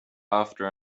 after